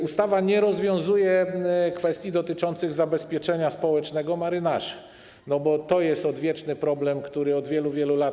Ustawa nie rozwiązuje kwestii dotyczących zabezpieczenia społecznego marynarzy, bo to jest odwieczny problem, który istnieje od wielu, wielu lat.